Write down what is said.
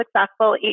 successful